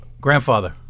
Grandfather